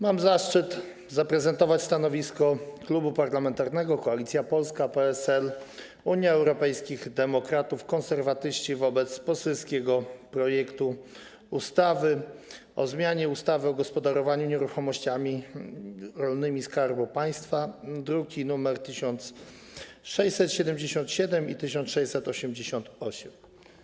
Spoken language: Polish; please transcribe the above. Mam zaszczyt zaprezentować stanowisko Klubu Parlamentarnego Koalicja Polska - PSL, Unia Europejskich Demokratów, Konserwatyści wobec poselskiego projektu ustawy o zmianie ustawy o gospodarowaniu nieruchomościami rolnymi Skarbu Państwa, druki nr 1677 i 1688.